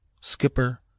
Skipper